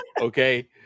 okay